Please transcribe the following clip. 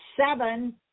seven